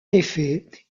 effet